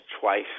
twice